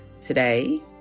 Today